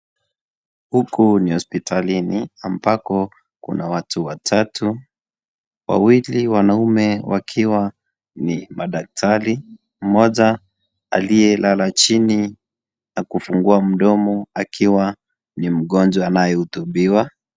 Huku ni hospitalini ambako kuna watu watatu, wawili wanaume wakiwa ni madaktari, mmoja aliyelala chini na kufungua mdomo akiwa ni mgonjwa anayehutubiwa.